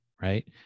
right